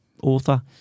author